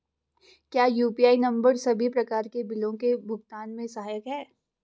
क्या UPI number सभी प्रकार के बिलों के भुगतान में सहायक हैं?